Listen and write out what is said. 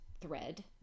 thread